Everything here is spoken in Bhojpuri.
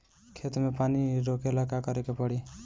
खेत मे पानी रोकेला का करे के परी?